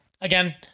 again